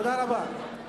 תודה רבה.